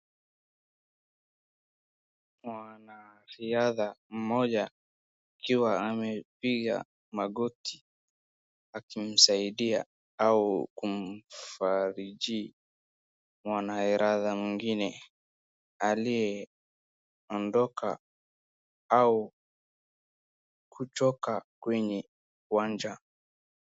Mwanariadha mmoja akiwa amepiga magoti akimsaidia au kumfariji mwanariadha mwingine aliyeondoka au kutoka kwenye uwanja .